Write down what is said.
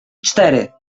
cztery